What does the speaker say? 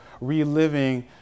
reliving